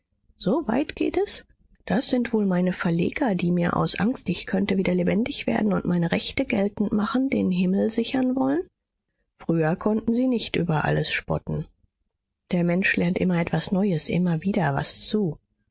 soweit geht es das sind wohl meine verleger die mir aus angst ich könnte wieder lebendig werden und meine rechte geltend machen den himmel sichern wollen früher konnten sie nicht über alles spotten der mensch lernt immer etwas neues immer wieder was zu